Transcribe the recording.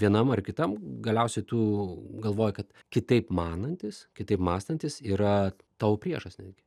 vienam ar kitam galiausiai tu galvoji kad kitaip manantis kitaip mąstantis yra tau priešas netgi